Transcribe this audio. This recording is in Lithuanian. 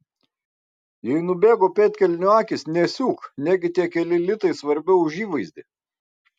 jei nubėgo pėdkelnių akys nesiūk negi tie keli litai svarbiau už įvaizdį